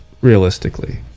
realistically